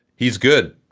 he's good.